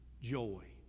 joy